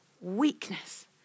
weakness